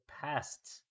past